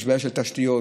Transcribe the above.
יש בעיה של תשתיות,